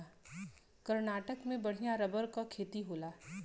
कर्नाटक में बढ़िया रबर क खेती होला